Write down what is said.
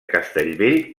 castellvell